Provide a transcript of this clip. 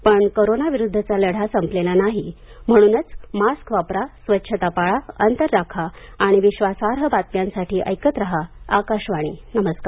पण कोरोनाविरुद्धचा लढा संपलेला नाही म्हणूनच मास्क वापरा स्वच्छता पाळा अंतर राखा आणि विश्वासार्ह बातम्यांसाठी ऐकत राहा आकाशवाणी नमस्कार